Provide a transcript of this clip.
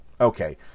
Okay